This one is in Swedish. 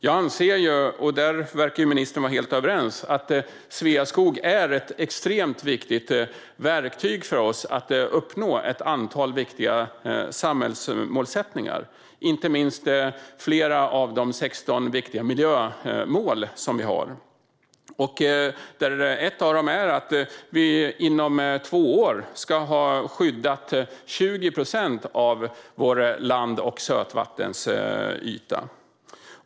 Jag anser, och där verkar ministern vara helt överens med mig, att Sveaskog är ett extremt betydelsefullt verktyg för oss att uppnå ett antal viktiga samhällsmål. Det gäller inte minst flera av de 16 viktiga miljömålen. Ett av dem är att vi inom två år ska ha skyddat 20 procent av vår land och sötvattensyta.